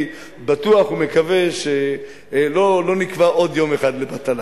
ולכן אני בטוח ומקווה שלא נקבע עוד יום אחד לבטלה.